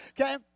Okay